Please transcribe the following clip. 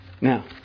Now